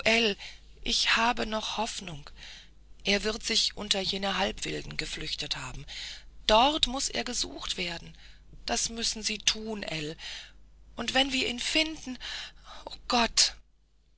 ich habe noch hoffnung er wird sich unter jene halbwilden geflüchtet haben dort muß er gesucht werden das müssen sie tun ell und wenn wir ihn finden ogott